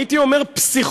הייתי אומר פסיכוטי,